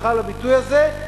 סליחה על הביטוי הזה,